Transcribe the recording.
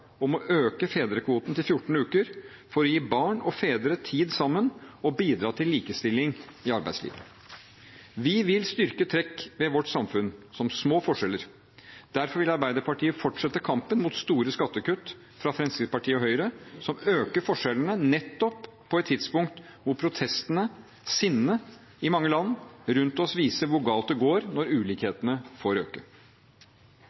om å øke fedrekvoten til 14 uker, for å gi barn og fedre tid sammen og bidra til likestilling i arbeidslivet. Vi vil styrke trekk ved vårt samfunn, som små forskjeller. Derfor vil Arbeiderpartiet fortsette kampen mot store skattekutt fra Fremskrittspartiet og Høyre, som øker forskjellene nettopp på et tidspunkt hvor protestene, sinnet, i mange land rundt oss viser hvor galt det går når